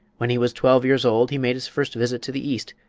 when he was twelve years old he made his first visit to the east,